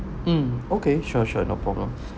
mm okay sure sure no problem